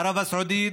ערב הסעודית,